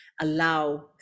allow